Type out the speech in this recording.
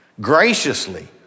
graciously